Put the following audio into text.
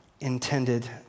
intended